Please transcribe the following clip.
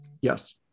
Yes